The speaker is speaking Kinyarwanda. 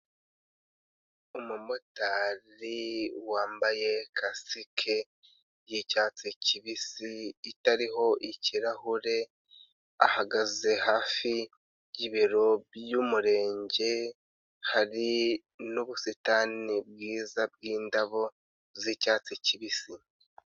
Umumotari wambaye kasike y'icyatsi kibisi itariho ikirahure, ahagaze hafi y'ibiro by'umurenge, hari n'ubusitani bwiza bw'indabo z'icyatsi kibisi.